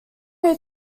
who